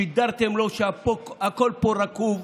שידרתם לו שהכול פה רקוב,